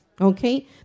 Okay